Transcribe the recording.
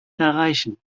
erreichen